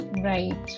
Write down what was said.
Right